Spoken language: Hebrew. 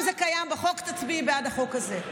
אם זה קיים בחוק, תצביעי בעד החוק הזה.